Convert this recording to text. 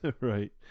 right